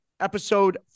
Episode